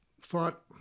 thought